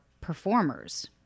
performers